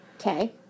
Okay